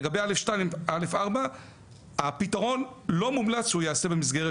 שלגבי א/2-א/4 הפתרון לא מומלץ שהוא יעשה במסגרת